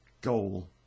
goal